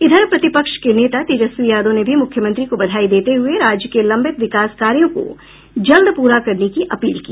इधर प्रतिपक्ष के नेता तेजस्वी यादव ने भी मुख्यमंत्री को बधाई देते हुए राज्य के लंबित विकास कार्यों को जल्द पूरा करने की अपील की